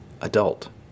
adult